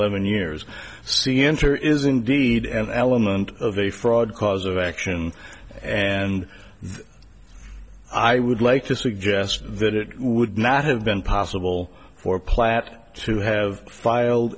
lemon years see enter is indeed an element of a fraud cause of action and i would like to suggest that it would not have been possible for platts to have filed